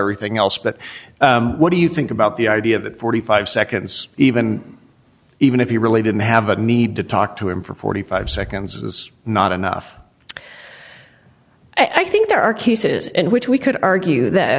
everything else but what do you think about the idea that forty five seconds even even if he really didn't have a need to talk to him for forty five seconds is not enough i think there are cases in which we could argue that